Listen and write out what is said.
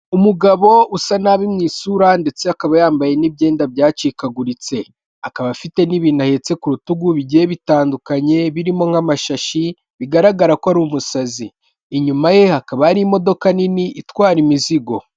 Umugabo usa nabi mu isura ndetse akaba yambaye n'imyenda byacikaguritse akaba afite n'ibinintu ahetse ku rutugu bigiye bitandukanye birimo nk'amashashi bigaragara ko ari umusazi inyuma ye hakaba hari imodoka nini itwara imizigo.